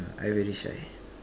I very shy